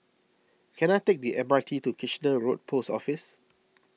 can I take the M R T to Kitchener Road Post Office